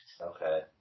Okay